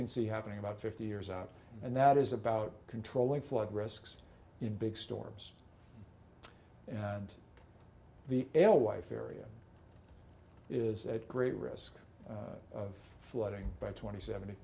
can see happening about fifty years out and that is about controlling flood risks in big storms and the alewife area is at great risk of flooding by twenty seven